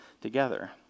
together